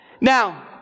now